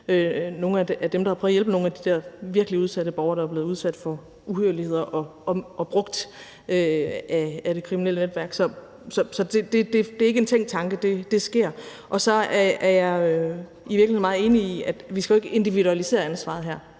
nogle af dem, der havde prøvet at hjælpe nogle af de der virkelig udsatte borgere, der var blevet udsat for uhyrligheder og brugt af de kriminelle netværk. Så det er ikke en tænkt tanke; det sker. Så jeg er i virkeligheden meget enig i, at vi jo ikke skal individualisere ansvaret her.